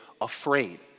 afraid